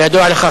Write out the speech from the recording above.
כידוע לך,